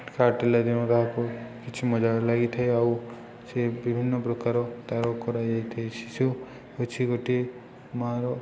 କାଟିଲା ଦିନ କାହାକୁ କିଛି ମଜା ଲାଗିଥାଏ ଆଉ ସେି ବିଭିନ୍ନ ପ୍ରକାର ତା'ର କରାଯାଇଥାଏ ଶିଶୁ ହେଉଛି ଗୋଟିଏ ମାଆର